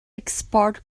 export